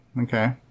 Okay